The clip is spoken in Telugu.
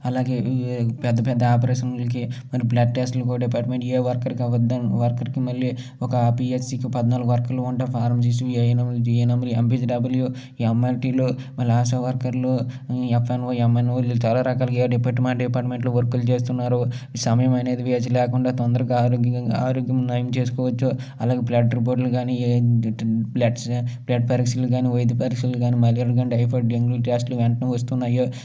అలాగే పెద్ద పెద్ద ఆపరేషన్లకి మళ్లీ బ్లడ్ టెస్ట్లకి ఓ డిపార్ట్మెంట్ ఏ వర్కర్కి వర్కర్కి మళ్ళీ ఒక పిహెచ్సికి పద్నాలుగు వర్కర్లు ఉంటారు ఏఎన్ఎంలు జిఎన్ఎంలు ఎంపిహెచ్డబ్ల్యు ఎంఎల్టీలు మళ్లీ ఆశ వర్కర్లు ఎఫ్ఎన్ఓ ఎంఎన్ఓ ఇలా చాలా రకాలుగా ఏ డిపార్ట్మెంట్ ఆ డిపార్ట్మెంట్ వర్కులు చేస్తున్నారు సమయం అనేది వేచి లేకుండా తొందరగా ఆరోగ్యంగా ఆరోగ్యం నయం చేసుకోవచ్చు అలాగే బ్లడ్ రిపోర్ట్లు కానీ బ్లడ్ పెరాక్సిలు కానీ వైద్య పరీక్షలు కానీ మలేరియా కానీ టైఫాయిడ్ డెంగ్యూ ఈ టెస్ట్లు కానీ వెంటనే వస్తున్నాయో